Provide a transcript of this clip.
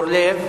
אורלב?